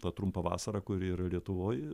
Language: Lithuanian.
tą trumpą vasarą kuri yra lietuvoj